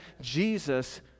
Jesus